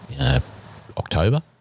October